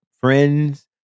friends